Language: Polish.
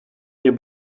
nie